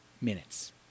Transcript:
minutes